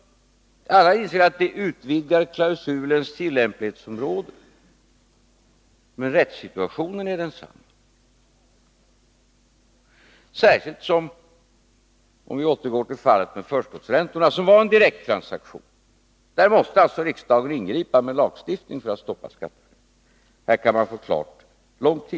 Alla inser att vi utvidgar klausulens tillämpningsområde, men rättssituationen är densamma. Förskottsräntan — om vi återgår till den — var en direkttransaktion. Där måste alltså riksdagen ingripa med lagstiftning för att stoppa skatteflykten.